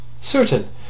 Certain